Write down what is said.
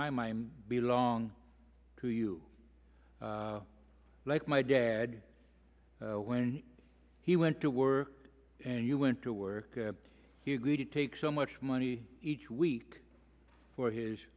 my mind belong to you like my dad when he went to work and you went to work he agreed to take so much money each week for his